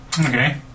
Okay